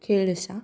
खेळ आसात